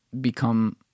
become